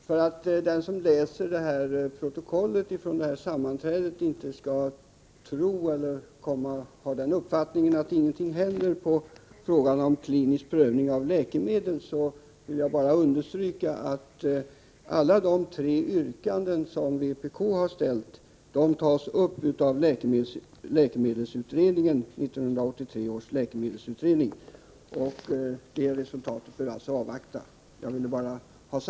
För att den som läser protokollet från detta sammanträde inte skall få den uppfattningen att ingenting händer när det gäller klinisk prövning av läkemedel, vill jag understryka att alla de tre yrkanden som vpk har framställt tas upp av 1983 års läkemedelsutredning. Det resultatet bör alltså avvaktas.